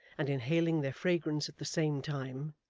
and inhaling their fragrance at the same time